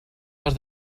les